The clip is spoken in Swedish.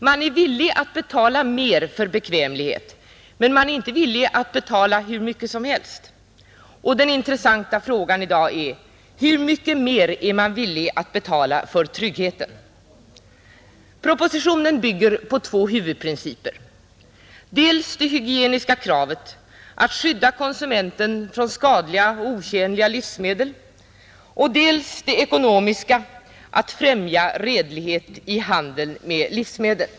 Man är villig att betala mer för bekvämlighet, men man är inte villig att betala hur mycket som helst, och den intressanta frågan i dag är: Hur mycket mer är man villig att betala för tryggheten? Propositionen bygger på två huvudprinciper, dels det hygieniska kravet att skydda konsumenten från skadliga och otjänliga livsmedel, dels det ekonomiska att främja redlighet i handeln med livsmedel.